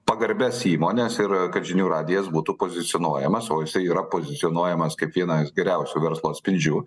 pagarbias įmones ir kad žinių radijas būtų pozicionuojamas o jisai yra pozicionuojamas kaip vienas geriausių verslo atspindžių